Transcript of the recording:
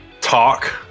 Talk